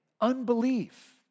unbelief